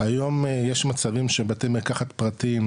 היום יש מצבים שבתי מרקחת פרטיים,